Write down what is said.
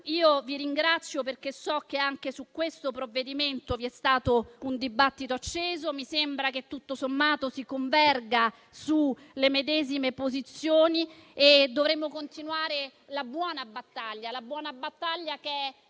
Vi ringrazio, perché so che anche su questo provvedimento vi è stato un dibattito acceso. Mi sembra che tutto sommato si converga sulle medesime posizioni. Dovremo continuare questa buona battaglia, tesa non a svilire la